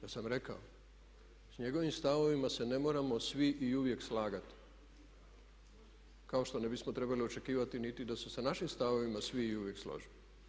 Ja sam rekao, sa njegovim stavovima se ne moramo svi i uvijek slagati kao što ne bismo trebali očekivati niti da se sa našim stavovima svi uvijek slože.